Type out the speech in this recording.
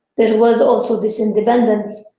there was also this independence